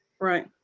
right